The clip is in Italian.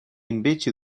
invece